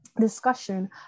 discussion